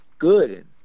Good